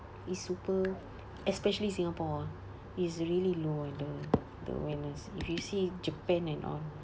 is super especially singapore is really low ah the the awareness if you see japan and all